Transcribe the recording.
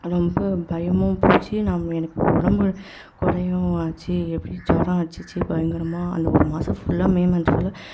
ரொம்ப பயமும் போச்சு நம் எனக்கு உடம்பு குறையவும் ஆச்சு எப்படி ஜுரம் அடிச்சிச்சு பயங்கரமாக அந்த ஒரு மாதம் ஃபுல்லாக மே மந்த் ஃபுல்லாக